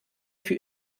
für